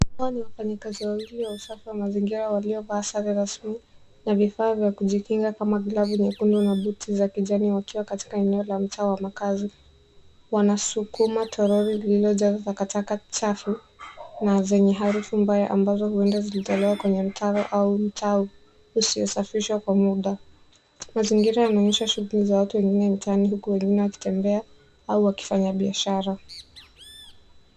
Hawa ni wafanyi kazi wawili wa uchafu wa mazingira walio vaa sare za suti na vifaa vya kujikinga kama glavu nyekundu na buti za kijani wakiwa katika eneo la mtaa wa makazi. Wanasukuma toroli lililo jaa takataka chafu na zenye harufu mbaya ambazo huenda zilitolewa kwenye mtaro au utau usiosafishwa kwa muda mazingira yanaonyesha shughuli za watu wengine mtaani huku wengine waki wakitembea au wakifanya biashara.